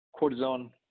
Cortisone